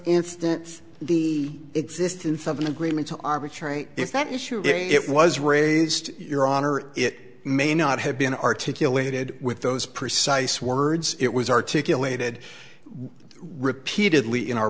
instance the existence of an agreement to arbitrate if that issue it was raised your honor it may not have been articulated with those precise words it was articulated repeatedly in our